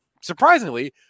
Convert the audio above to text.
surprisingly